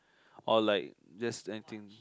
or like just anything